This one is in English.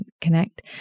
connect